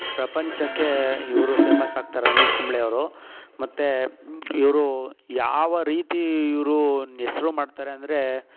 ಪ್ರಪಂಚಕ್ಕೆ ಇವರು ಫೇಮಸ್ ಆಗ್ತಾರೆ ಅನಿಲ್ ಕುಂಬ್ಳೆಯವರು ಮತ್ತೆ ಇವರು ಯಾವ ರೀತಿ ಇವರು ಹೆಸರು ಮಾಡ್ತಾರೆ ಅಂದರೆ